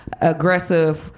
aggressive